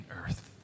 earth